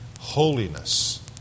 Holiness